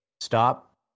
stop